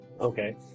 okay